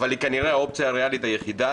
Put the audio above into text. אבל היא כנראה אופציה הריאלית היחידה